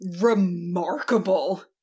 remarkable